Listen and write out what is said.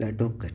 ॾाढो घटि आहे